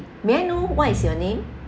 may I know what is your name